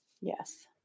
Yes